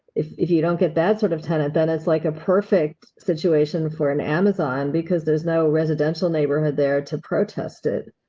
if if you don't get that sort of tenant, then it's like a perfect situation for an amazon, because there's no residential neighborhood there to protest it.